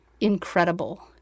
incredible